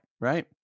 Right